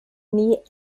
nie